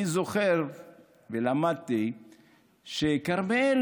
אני זוכר ולמדתי שכרמל